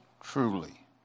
truly